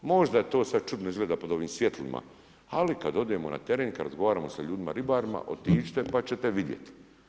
Možda to sad čudno izgleda pod ovim svjetlima ali kada odemo na teren i kada razgovaramo sa ljudima ribarima otiđite pa ćete imati.